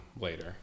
later